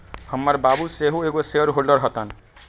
हमर बाबू सेहो एगो शेयर होल्डर हतन